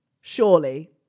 Surely